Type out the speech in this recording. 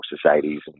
societies